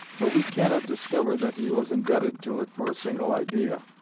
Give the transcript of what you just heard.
but we cannot discover that he was indebted to it for a single idea,